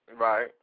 right